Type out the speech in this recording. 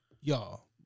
y'all